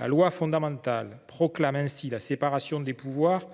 La loi fondamentale proclame ainsi la séparation des pouvoirs